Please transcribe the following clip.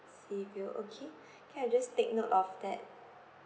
sea view okay can I just take note of that